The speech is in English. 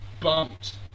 bumped